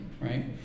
right